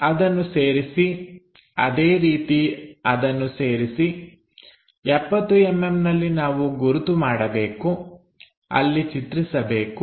ಅದನ್ನು ಸೇರಿಸಿ ಅದೇ ರೀತಿ ಅದನ್ನು ಸೇರಿಸಿ 70mm ನಲ್ಲಿ ನಾವು ಗುರುತು ಮಾಡಬೇಕು ಅಲ್ಲಿ ಚಿತ್ರಿಸಬೇಕು